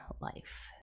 life